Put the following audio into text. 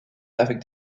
avec